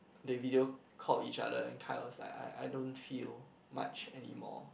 they video called each other and Kai was like I I don't feel much anymore